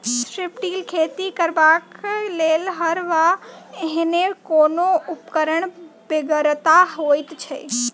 strip till खेती करबाक लेल हर वा एहने कोनो उपकरणक बेगरता होइत छै